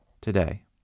today